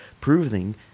proving